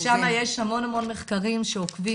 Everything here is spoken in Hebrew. אז שמה יש המון המון מחקרים שעוקבים,